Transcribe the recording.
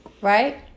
Right